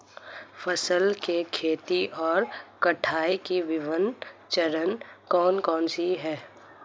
फसल की खेती और कटाई के विभिन्न चरण कौन कौनसे हैं?